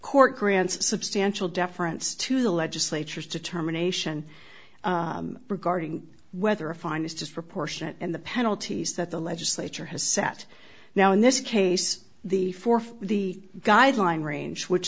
court grants substantial deference to the legislature's determination regarding whether a fine is disproportionate in the penalties that the legislature has set now in this case the for the guideline range which